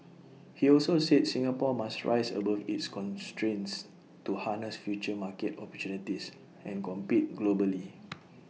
he also said Singapore must rise above its constraints to harness future market opportunities and compete globally